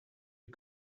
you